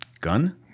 gun